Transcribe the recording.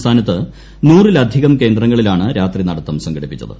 സംസ്ഥാനത്ത് നൂറിലീധികം കേന്ദ്രങ്ങളിലാണ് രാത്രി നടത്തം സംഘടിപ്പിച്ചത്